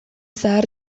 zahar